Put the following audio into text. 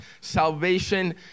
Salvation